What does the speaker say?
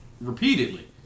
repeatedly